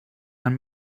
han